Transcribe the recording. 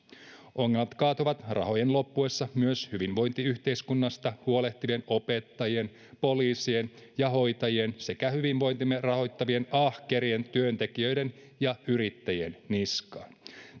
ongelmat kaatuvat rahojen loppuessa myös hyvinvointiyhteiskunnasta huolehtivien opettajien poliisien ja hoitajien sekä hyvinvointimme rahoittavien ahkerien työntekijöiden ja yrittäjien niskaan